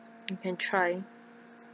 you can try